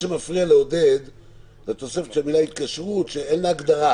שמפריע לעודד אופק זו התוספת של המילה "התקשרות" שאין לה הגדרה.